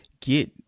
get